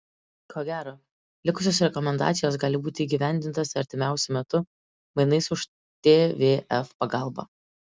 ko gero likusios rekomendacijos gali būti įgyvendintos artimiausiu metu mainais už tvf pagalbą